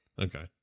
Okay